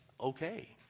okay